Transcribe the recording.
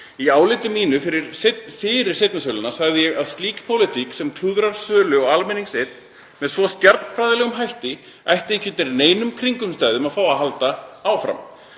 Í áliti mínu fyrir seinni söluna sagði ég að slík pólitík sem klúðrar sölu á almenningseign með svo stjarnfræðilegum hætti ætti ekki undir neinum kringumstæðum að fá að halda áfram.